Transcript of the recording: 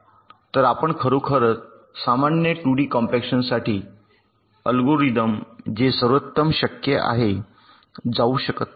तर आपण खरोखर सामान्य 2 डी कॉम्पॅक्शनसाठी अल्गोरिदम जे सर्वोत्तम शक्य आहे जाऊ शकत नाही